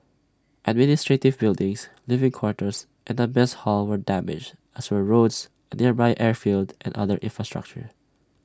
administrative buildings living quarters and A mess hall were damaged as were roads A nearby airfield and other infrastructure